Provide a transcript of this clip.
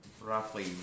roughly